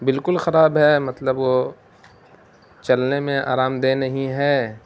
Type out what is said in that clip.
بالکل خراب ہے مطلب وہ چلنے میں آرام دہ نہیں ہے